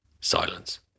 Silence